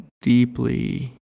deeply